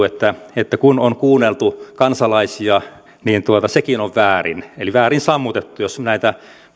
että että kun on kuunneltu kansalaisia niin sekin on väärin eli väärin sammutettu jos näitä